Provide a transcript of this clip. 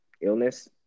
illness